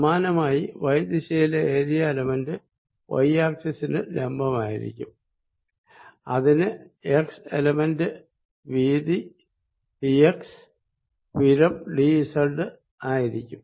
സമാനമായി വൈ ദിശയിലെ area element Y ആക്സിസിന് ലംബമായിരിക്കും അതിന് എക്സ് എലമെന്റ് വീതി ഡി എക്സ് ഉയരം ഡി സെഡ് ആയിരിക്കും